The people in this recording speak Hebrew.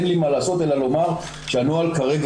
אין לי מה לעשות אלא לומר שהנוהל כרגע